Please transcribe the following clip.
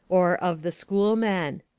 or of the school men.